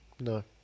No